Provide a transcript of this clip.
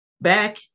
back